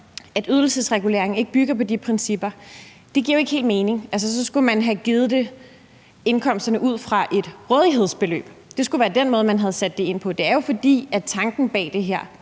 at ydelsesregulering ikke bygger på de principper, så giver det jo ikke helt mening. Så skulle man have givet ydelserne ud fra et rådighedsbeløb. Det ville være den måde, man havde indrettet det på. Det er jo, fordi tanken bag det her